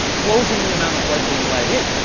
closing the amount of light being let in,